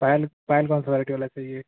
पायल पायल कौन सा वेरायटी वाला चाहिए